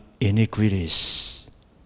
iniquities